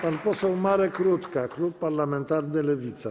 Pan poseł Marek Rutka, klub parlamentarny Lewica.